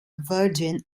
virgin